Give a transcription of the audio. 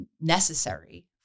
necessary